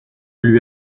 lui